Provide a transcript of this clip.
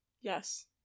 Yes